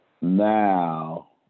Now